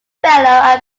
fellow